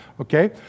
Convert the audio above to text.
Okay